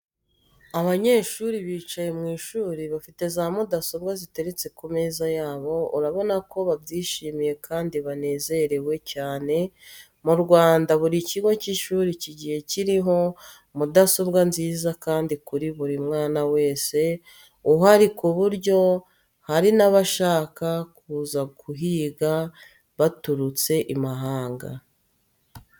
Abanyeshuri bicaye mu ishuri bafite za mudasobwa ziteretse ku meza yabo, urabona ko babyishimiye kandi banezerewe cyane, mu Rwanda buri kigo cy'ishuri kigiye kirimo mudasobwa nziza kandi kuri buri mwana wese uhari ku buryo hari nabashaka kuza kuhiga baturutse imahanga.